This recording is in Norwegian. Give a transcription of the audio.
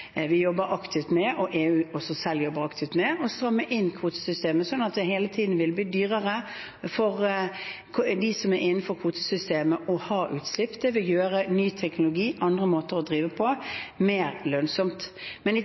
jobber aktivt med, og EU selv jobber også aktivt med, å stramme inn kvotesystemet, sånn at det hele tiden vil bli dyrere for dem som er innenfor kvotesystemet, å ha utslipp. Det vil gjøre ny teknologi og andre måter å drive på mer lønnsomt. Men i